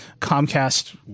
Comcast